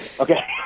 Okay